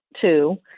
two